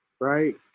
right